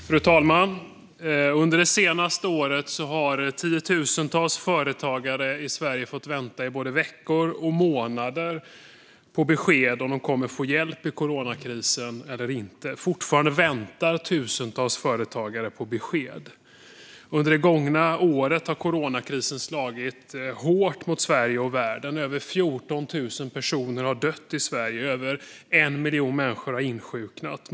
Fru talman! Under det senaste året har tiotusentals företagare i Sverige fått vänta i både veckor och månader på besked om huruvida de kommer att få hjälp i coronakrisen eller inte. Fortfarande väntar tusentals företagare på besked. Under det gångna året har coronakrisen slagit hårt mot Sverige och världen. Över 14 000 personer har dött i Sverige. Över 1 miljon människor har insjuknat.